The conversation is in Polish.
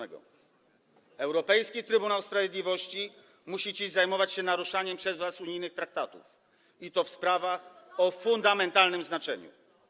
Europejski Trybunał Sprawiedliwości musi dziś zajmować się naruszaniem przez was unijnych traktatów, i to w sprawach o fundamentalnym znaczeniu.